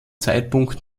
zeitpunkt